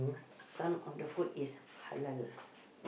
some of the food is Halal